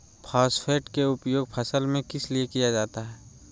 Phosphate की उपयोग फसल में किस लिए किया जाता है?